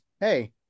hey